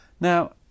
Now